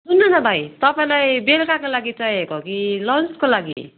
सुन्नू न भाइ तपाईँलाई बेलुकाको लागि चाहिएको हो कि लन्चको लागि